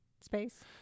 space